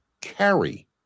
carry